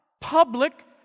public